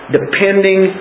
depending